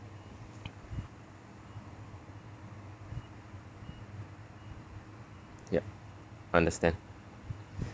yup understand